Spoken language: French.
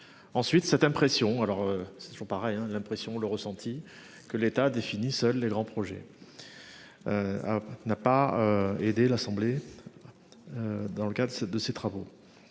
Ensuite cette impression. Alors c'est toujours pareil. L'impression le ressenti que l'État définisse seul les grands projets. N'a pas aidé l'Assemblée. Dans le cadre de ses travaux.